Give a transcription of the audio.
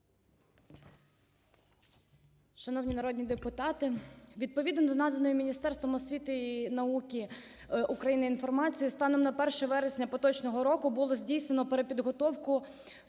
Шановні народні депутати, відповідно до наданої Міністерством освіти і науки України інформації станом на 1 вересня поточного року було здійснено перепідготовку